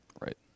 Right